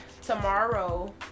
Tomorrow